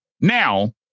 Now